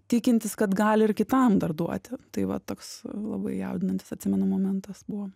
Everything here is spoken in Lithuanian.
tikintys kad gali ir kitam dar duoti tai va toks labai jaudinantis atsimenu momentas buvo